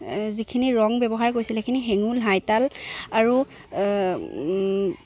যিখিনি ৰং ব্যৱহাৰ কৰিছিল সেইখিনি হেঙুল হাইতাল আৰু